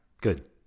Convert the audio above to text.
Good